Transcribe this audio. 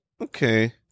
okay